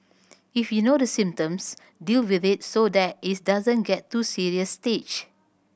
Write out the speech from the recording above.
if you know the symptoms deal with it so that it doesn't get to a serious stage